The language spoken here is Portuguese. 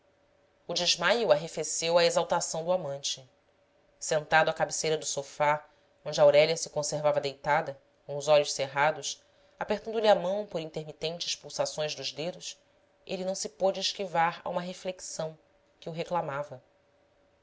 o desmaio arrefeceu a exaltação do amante sentado à cabeceira do sofá onde aurélia se conservava deitada com os olhos cerrados apertando-lhe a mão por intermitentes pulsações dos dedos ele não se pôde esquivar a uma reflexão que o reclamava